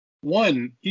one